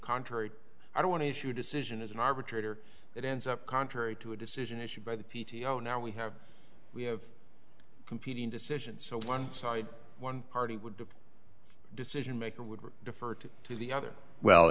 contrary i don't want to issue decision as an arbitrator that ends up contrary to a decision issued by the p t o now we have we have competing decisions so one side one party would decision maker would defer to the other well